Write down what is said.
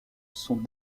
sont